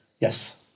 Yes